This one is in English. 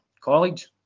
college